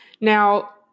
now